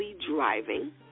driving